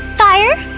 fire